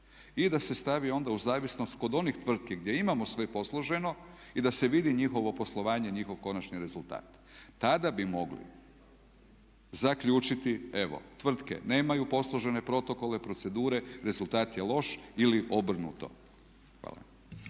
I da se stavi onda u zavisnost kod onih tvrtki gdje imamo sve posloženo i da se vidi njihovo poslovanje, njihov konačni rezultat. Tada bi mogli zaključiti evo tvrtke nemaju posložene protokole, procedure, rezultat je loš ili obrnuto. Hvala.